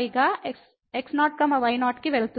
y గా x0 y0 కి వెళుతుంది